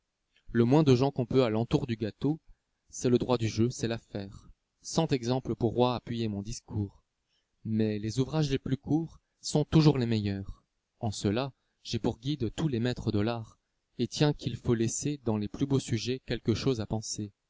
le moins de gens qu'on peut à l'entour du gâteau c'est le droit du jeu c'est l'affaire cent exemples pourroient appuyer mon discours mais les ouvrages les plus courts sont toujours les meilleurs en cela j'ai pour guide tous les maîtres de l'art et tiens qu'il faut laisser dans les plus beaux sujets quelque chose à penser